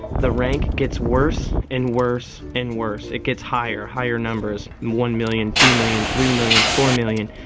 the rank gets worse and worse and worse. it gets higher, higher numbers, one million, two million, three million, four million.